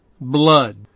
blood